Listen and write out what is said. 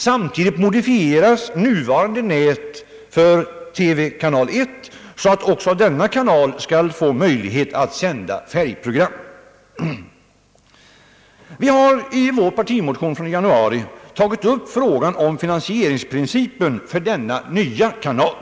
Samtidigt modifieras nuvarande nät för TV-kanal 1, så att också denna kanal skall få möjlighet att sända färgprogram. Vi har i vår partimotion från januari tagit upp frågan om finansieringsprincipen för denna nya kanal.